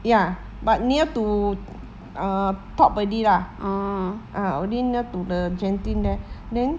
ya but near to err already lah ah already near to the genting there then